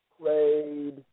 played